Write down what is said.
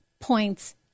points